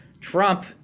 Trump